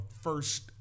first